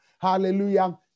Hallelujah